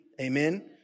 Amen